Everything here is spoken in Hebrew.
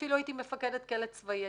אפילו הייתי מפקדת כלא צבאי.